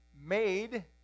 made